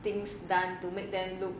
things done to make them look